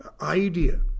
idea